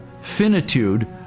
finitude